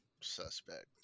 suspect